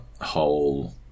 whole